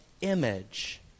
image